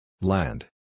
Land